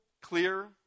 clear